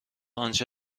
آنچه